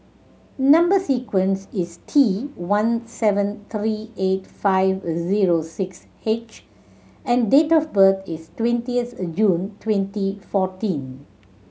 number sequence is T one seven three eight five zero six H and date of birth is twentieth June twenty fourteen